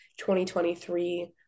2023